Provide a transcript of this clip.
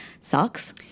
sucks